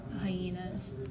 hyenas